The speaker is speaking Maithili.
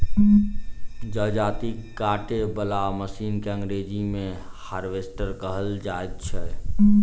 जजाती काटय बला मशीन के अंग्रेजी मे हार्वेस्टर कहल जाइत छै